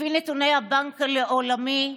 לפי נתוני הבנק העולמי,